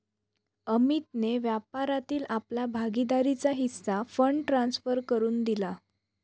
अमितने व्यापारातील आपला भागीदारीचा हिस्सा फंड ट्रांसफर करुन दिला